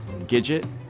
Gidget